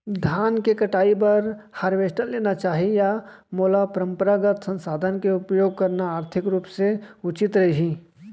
धान के कटाई बर हारवेस्टर लेना चाही या मोला परम्परागत संसाधन के उपयोग करना आर्थिक रूप से उचित रही?